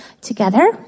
together